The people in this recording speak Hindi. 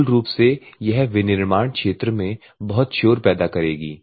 मूल रूप से यह विनिर्माण क्षेत्र में बहुत शोर पैदा करेगी